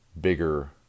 bigger